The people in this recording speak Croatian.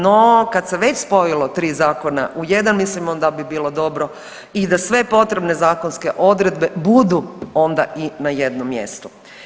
No, kad se već spojilo tri zakona u jedan, mislim onda bi bilo dobro i da sve potrebne zakonske odredbe budu onda i na jednom mjestu.